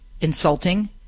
insulting